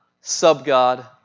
sub-God